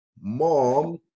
Mom